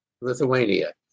Lithuania